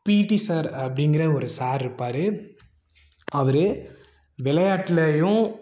பிடி சார் அப்படிங்கிற ஒரு சார் இருப்பார் அவர் விளையாட்லேயும்